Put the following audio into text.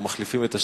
או מחליפים את השם,